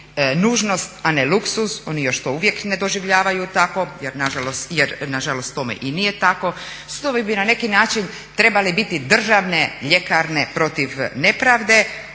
nužnost a ne luksuz, oni još to uvijek ne doživljavaju tako jer nažalost tome i nije tako. Sudovi bi na neki način trebali biti državne ljekarne protiv nepravde,